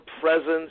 presence